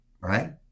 right